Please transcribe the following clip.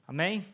Amém